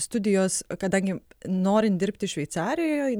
studijos kadangi norint dirbti šveicarijoj